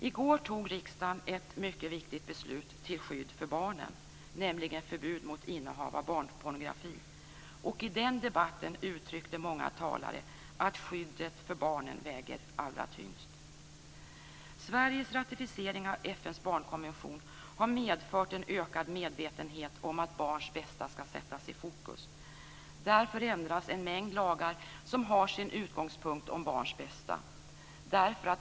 I går fattade riksdagen ett mycket viktigt beslut till skydd för barnen, nämligen förbud mot innehav av barnpornografi. I den debatten uttryckte många talare att skyddet för barnen väger allra tyngst. Sveriges ratificering av FN:s barnkonvention har medfört en ökad medvetenhet om att barns bästa skall sättas i fokus. Därför ändras en mängd lagar som har sin utgångspunkt i barns bästa.